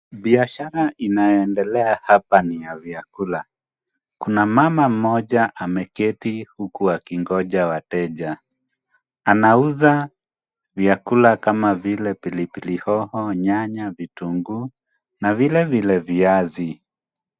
Biashara inayoendelea hapa ni ya vyakula. Kuna mama mmoja ameketi huku akingoja wateja, anauza vyakula kama vile pilipili hoho, nyanya, vitunguu na vile vile viazi.